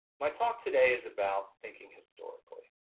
my talk today is about thinking historically,